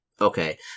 Okay